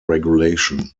regulation